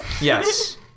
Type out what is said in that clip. Yes